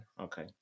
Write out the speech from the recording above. Okay